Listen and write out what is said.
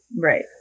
Right